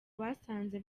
basanze